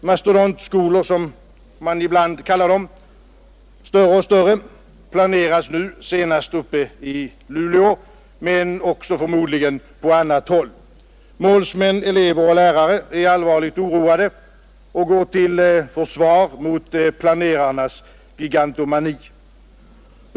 Mastodontskolor, som man ibland kallar dem, större och större, planeras nu — senast uppe i Luleå, men också förmodligen på annat håll. Målsmän, elever och lärare är allvarligt oroade och går till försvar mot planerarnas gigantomani.